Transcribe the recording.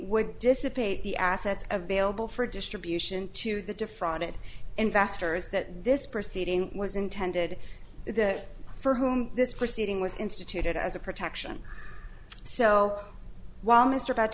would dissipate the assets available for distribution to the defrauded investors that this proceeding was intended for whom this proceeding was instituted as a protection so while mr about